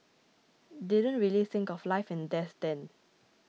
didn't really think of life and death then